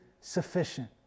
sufficient